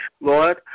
Lord